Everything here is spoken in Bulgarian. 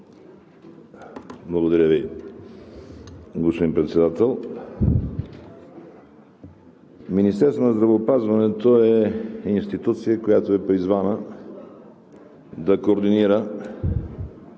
Благодаря Ви, господин Председател. Министерството на здравеопазването е институция, която е призвана да координира